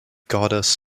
goddess